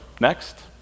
Next